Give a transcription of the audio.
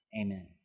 Amen